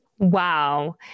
Wow